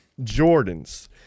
Jordans